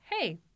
hey